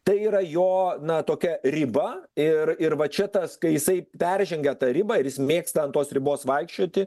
tai yra jo na tokia riba ir ir va čia tas kai jisai peržengia tą ribą ir jis mėgsta ant tos ribos vaikščioti